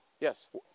Yes